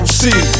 see